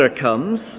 comes